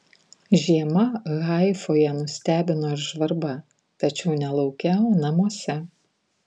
žiema haifoje nustebino ir žvarba tačiau ne lauke o namuose